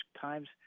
times –